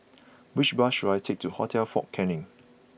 which bus should I take to Hotel Fort Canning